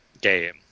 game